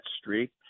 streak